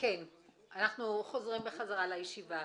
אנחנו חוזרים בחזרה לישיבה.